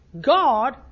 God